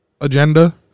agenda